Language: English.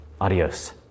Adios